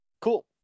Cool